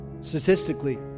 statistically